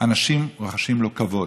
אנשים רוחשים לו כבוד.